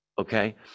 okay